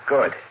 Good